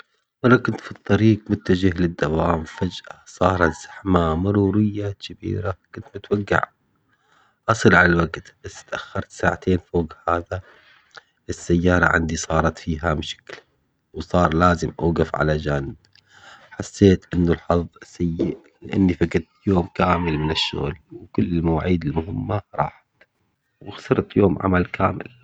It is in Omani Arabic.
وأنا كنت في الطريق متجه للدوام فجأة صارزحمة مرورية كبيرة كنت متوقع أصل على الوقت بس تأخرت ساعتين فوق هذا السيارة عندي صارت فيها مشكلة، وصار لازم أوقف على جنب حسيت إنه الحظ سيء لأني فقدت يوم كامل من الشغل، وكل المواعيد المهمة راحت وخسرت يوم عمل كامل.